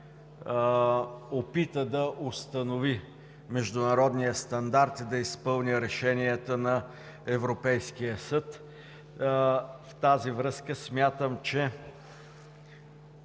опита да установи международния стандарт и да изпълни решенията на Европейския съд. В тази връзка смятам, че